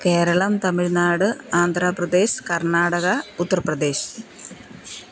Keralam Tamil Nadu Andhra Pradesh Karnataka Uttar Pradesh